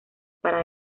para